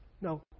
No